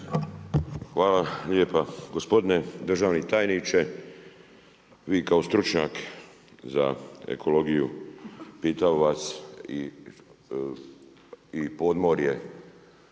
Hvala lijepa. Gospodine državni tajniče, vi kao stručnjak za ekologiju, pitam vas i podmorje.